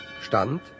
Stand